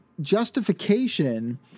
justification